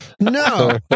No